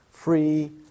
free